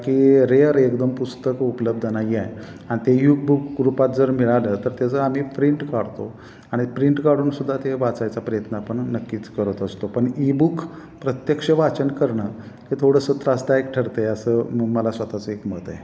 की रेअर एकदम पुस्तकं उपलब्ध नाही आहे आणि ते ईबुक रूपात जर मिळालं तर त्याचं आम्ही प्रिंट काढतो आणि प्रिंट काढूनसुद्धा ते वाचायचा प्रयत्न आपण नक्कीच करत असतो पण ईबुक प्रत्यक्ष वाचन करणं हे थोडंसं त्रासदायक ठरत आहे असं मला स्वतःचं एक मत आहे